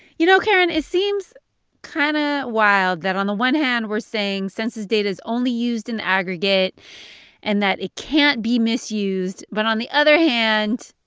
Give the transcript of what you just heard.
you know, karen, it seems kind of wild that on the one hand, we're saying census data's only used in aggregate and that it can't be misused. but on the other hand,